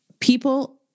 people